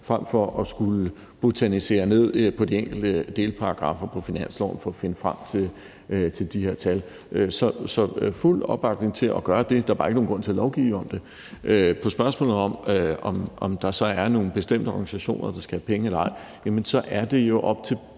frem for at skulle botanisere ned i de enkelte delparagraffer på finansloven for at finde frem til de her tal. Så der er fuld opbakning til at gøre det. Der er bare ikke nogen grund til at lovgive om det. Med hensyn til spørgsmålet om, om der så er nogle bestemte organisationer, der skal have penge eller ej, så er det jo op til